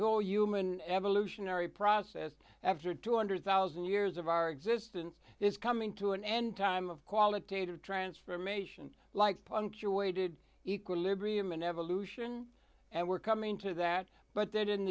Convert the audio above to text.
whole human evolutionary process after two hundred thousand years of our exist since it's coming to an end time of qualitative transformation like punctuated equilibrium and evolution and we're coming to that but th